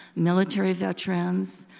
military veterans,